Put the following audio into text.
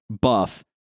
buff